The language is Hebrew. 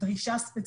דרישה ספציפית.